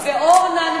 אמיר ואורנה.